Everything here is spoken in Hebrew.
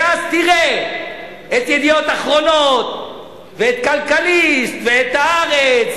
ואז תראה את "ידיעות אחרונות" ואת "כלכליסט" ואת "הארץ"